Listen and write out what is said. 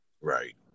right